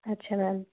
ਅੱਛਾ ਮੈਮ